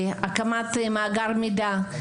הקמת מאגר מידע,